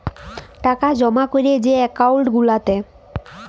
টাকা জমা ক্যরে যে একাউল্ট গুলাতে